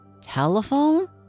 Telephone